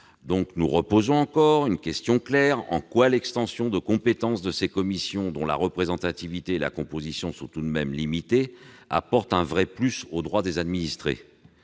donc de reposer une question claire : en quoi l'extension de compétences de ces commissions, dont la représentativité et la composition sont tout de même limitées, apporte-t-elle un vrai « plus » aux droits des administrés ?